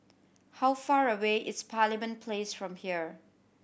how far away is Parliament Place from here